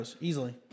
Easily